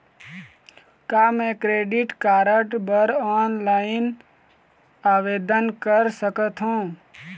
का मैं credit card बर ऑनलाइन आवेदन कर सकथों?